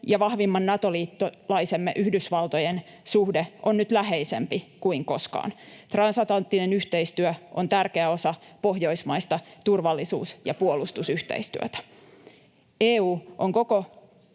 ja vahvimman Nato-liittolaisemme, Yhdysvaltojen, suhde on nyt läheisempi kuin koskaan. Transatlanttinen yhteistyö on tärkeä osa pohjoismaista turvallisuus- ja puolustusyhteistyötä. EU on ulko-